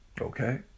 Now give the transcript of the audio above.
Okay